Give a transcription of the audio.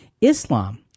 Islam